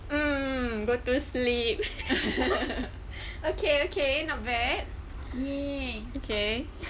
mm go to sleep okay okay not bad okay